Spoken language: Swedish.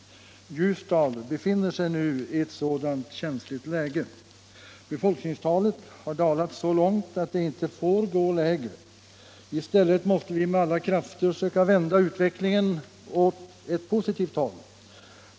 Ljusdal befinner sig i ett sådant läge. Befolkningstalet har dalat så långt att det inte får gå lägre. I stället måste vi med alla krafter försöka — Nr 65 vända utvecklingen åt rätt håll.